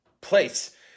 place